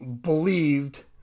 believed